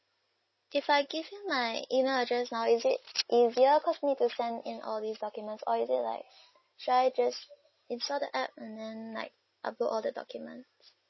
if I give you my email address now is it easier cause need to send in all this documents or is it like should I just install the app and then like upload all the document